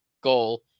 goal